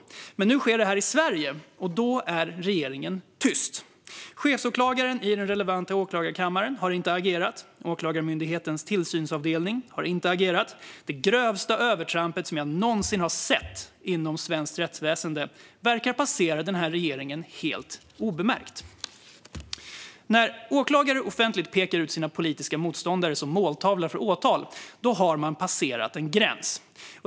Men nu sker detta i Sverige, och då är regeringen tyst. Chefsåklagaren vid den aktuella åklagarkammaren har inte agerat. Åklagarmyndighetens tillsynsavdelning har inte agerat. Det grövsta övertramp jag någonsin har sett inom svenskt rättsväsende verkar passera denna regering helt obemärkt. När åklagare offentligt pekar ut sina politiska motståndare som måltavlor för åtal har man passerat en gräns.